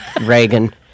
Reagan